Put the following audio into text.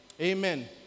Amen